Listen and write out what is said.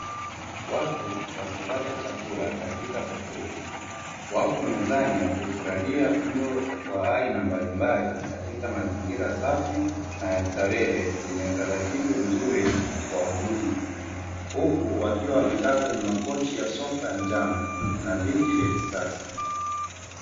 Watu wakipata chakula katika hoteli, wako mezani wakifurahia mlo wa aina mbalimbali katika mazingira safi na ya starehe; yenye utaratibu mzuri wa huduma, huku wakiwa wamekaa kwenye makochi ya sofa ya njano na viti vya kisasa.